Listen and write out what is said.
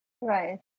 Right